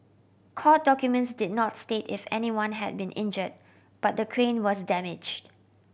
court documents did not state if anyone had been injured but the crane was damaged